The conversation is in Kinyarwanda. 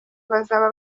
bazaba